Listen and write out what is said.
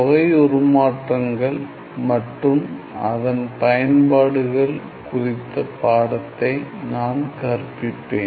தொகை உருமாற்றங்கள் மற்றும் அதன் பயன்பாடுகள் குறித்த பாடத்தை நான் கற்பிப்பேன்